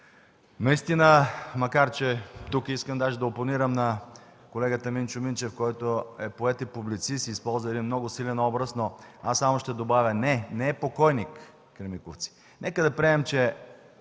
Наистина, тук искам да опонирам на колегата Минчо Минчев, който е поет и публицист и използва един много силен образ, но аз само ще добавя – не, „Кремиковци” не е покойник. Нека да приемем, ако